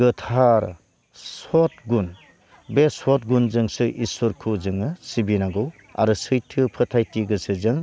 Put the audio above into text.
गोथार सत गुन बे सत गुनजोंसो इसोरखौ जोङो सिबिनांगौ आरो सैथो फोथायथि गोसोजों